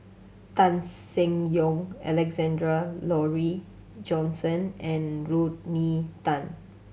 Tan Seng Yong Alexander Laurie Johnston and Rodney Tan